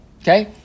okay